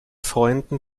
freunden